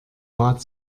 bat